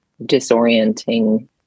disorienting